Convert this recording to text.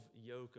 yoke